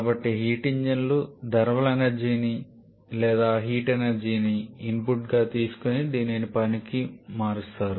కాబట్టి హీట్ ఇంజన్లు థర్మల్ ఎనర్జీని లేదా హీట్ ఎనర్జీని ఇన్పుట్గా తీసుకొని దీనిని పనికి మారుస్తాయి